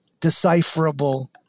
decipherable